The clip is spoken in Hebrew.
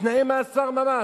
בתנאי מאסר ממש,